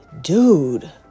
dude